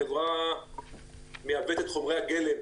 החברה מייבאת את חומרי הגלם,